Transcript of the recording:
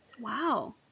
Wow